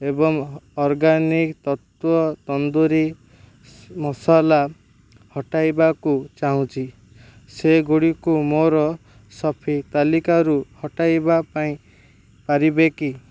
ଏବଂ ଅର୍ଗାନିକ୍ ତତ୍ତ୍ୱ ତନ୍ଦୁରୀ ସ୍ ମସଲା ହଟାଇବାକୁ ଚାହୁଁଚି ସେଗୁଡ଼ିକୁ ମୋର ସପିଂ ତାଲିକାରୁ ହଟାଇବା ପାଇଁ ପାରିବେ କି